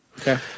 okay